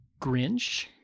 Grinch